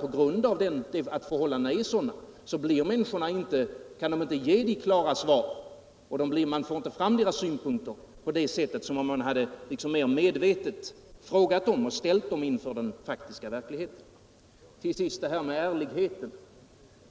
På grund av att förhållandena är sådana kan människorna inte ge klara svar och man får inte fram deras synpunkter på samma sätt som om de mera medvetet hade tillfrågats och ställts inför den faktiska verkligheten. Till sist detta med ärlighet.